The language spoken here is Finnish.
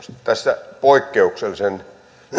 tässä poikkeuksellisen